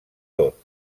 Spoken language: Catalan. tot